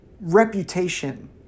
reputation